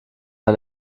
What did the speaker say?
ein